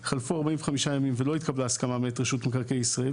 חלפו 45 ימים ולא התקבלה הסכמה מאת רשות מקרקעי ישראל,